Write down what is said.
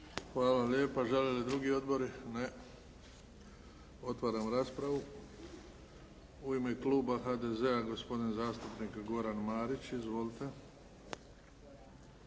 Hvala lijepa. Žele li drugi odbori? Ne. Otvaram raspravu. U ime kluba HDZ-a, gospodin zastupnik Goran Marić. Izvolite.